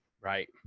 Right